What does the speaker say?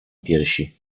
piersi